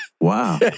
Wow